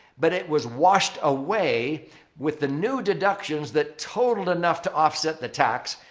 but it was washed away with the new deductions that totaled enough to offset the tax.